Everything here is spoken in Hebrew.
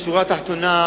בשורה התחתונה,